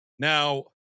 Now